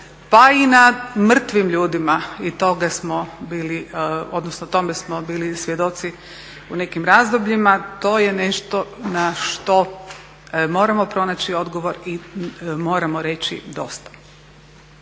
pa i na mrtvim ljudima. I toga smo bili, odnosno tome smo bili svjedoci u nekim razdobljima. To je nešto na što moramo pronaći odgovor i moramo reći dosta.